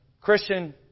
Christian